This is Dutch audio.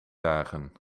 dagen